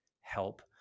help